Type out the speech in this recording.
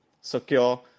secure